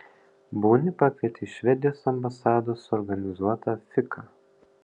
bunį pakvietė į švedijos ambasados suorganizuotą fiką